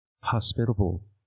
hospitable